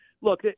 look